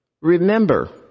Remember